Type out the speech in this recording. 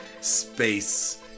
space